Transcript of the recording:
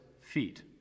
feet